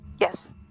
Yes